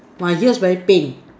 my ears very pain